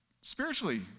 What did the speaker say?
spiritually